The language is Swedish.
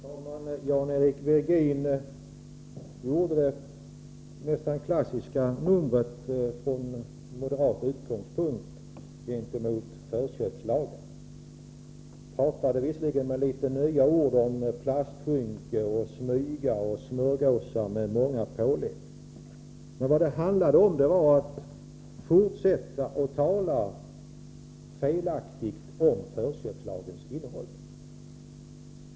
Herr talman! Jan-Eric Virgin gjorde det nästan klassiska numret från moderat utgångspunkt gentemot förköpslagen. Han använde visserligen en del nya ord i sammanhanget såsom plastskynke, smyga och smörgåsar med många pålägg. Men främst handlade det om att fortsätta att tala om förköpslagens innehåll på ett felaktigt sätt.